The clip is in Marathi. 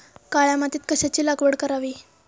काळ्या मातीत कशाची लागवड करावी?